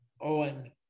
Owen